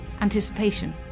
anticipation